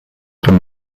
beim